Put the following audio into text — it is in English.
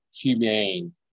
humane